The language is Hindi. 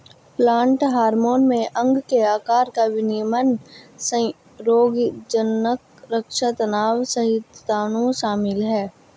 प्लांट हार्मोन में अंग के आकार का विनियमन रोगज़नक़ रक्षा तनाव सहिष्णुता शामिल है